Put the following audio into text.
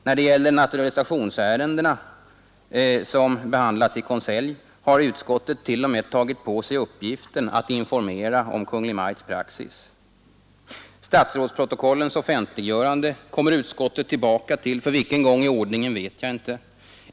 När det gäller naturalisationsärenden som behandlats i konselj har utskottet t.o.m. tagit på sig uppgiften att informera om Kungl. Maj:ts praxis. Statsrådsprotokollens offentliggörande kommer utskottet tillbaka till — för vilken gång i ordningen vet jag inte.